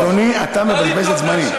אדוני, אתה מבזבז את זמני.